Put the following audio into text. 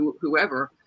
whoever